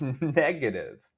negative